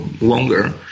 longer